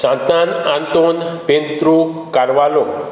Santan Anton Pedru Carvalho